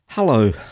Hello